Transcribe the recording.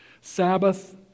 Sabbath